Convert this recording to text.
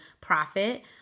profit